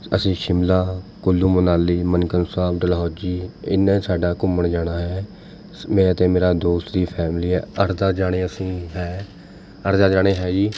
ਅਸੀਂ ਸ਼ਿਮਲਾ ਕੁੱਲੂ ਮਨਾਲੀ ਮਨੀਕਰਨ ਸਾਹਿਬ ਡਲਹੋਜ਼ੀ ਇੰਨਾ ਸਾਡਾ ਘੁੰਮਣ ਜਾਣਾ ਹੈ ਮੈਂ ਅਤੇ ਮੇਰਾ ਦੋਸਤ ਦੀ ਫੈਮਲੀ ਹੈ ਅੱਠ ਦਸ ਜਾਣੇ ਅਸੀਂ ਹੈ ਅੱਠ ਦਸ ਜਾਣੇ ਹੈ ਜੀ